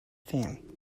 fan